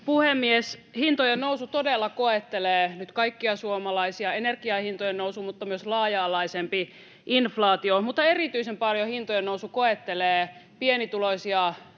puhemies! Hintojen nousu todella koettelee nyt kaikkia suomalaisia: energian hintojen nousu mutta myös laaja-alaisempi inflaatio. Mutta erityisen paljon hintojen nousu koettelee pienituloisia